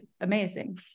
amazing